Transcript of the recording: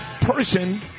person